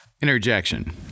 Interjection